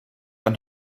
ein